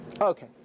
Okay